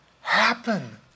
happen